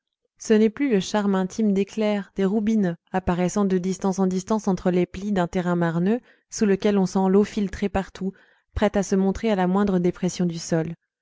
ce n'est plus le charme intime des clairs des roubines apparaissant de distance en distance entre les plis d'un terrain marneux sous lequel on sent l'eau filtrer partout prête à se montrer à la moindre dépression du sol